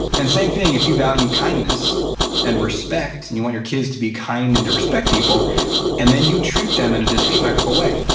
and same thing if you value kindness and respect and you want your kids to be kind and respect people and then you treat them in a disrespectful way.